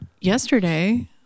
yesterday